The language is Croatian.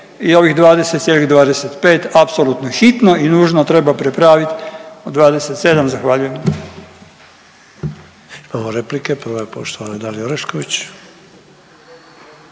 i ovih 20,25 apsolutno hitno i nužno treba prepravit u 27, zahvaljujem.